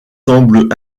semblent